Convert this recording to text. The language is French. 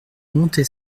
montée